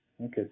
Okay